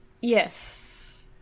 Yes